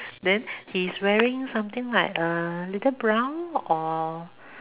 then he's wearing something like err little brown or